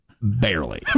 barely